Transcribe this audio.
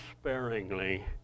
sparingly